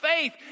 faith